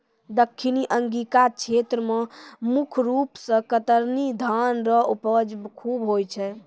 दक्खिनी अंगिका क्षेत्र मे मुख रूप से कतरनी धान रो उपज खूब होय छै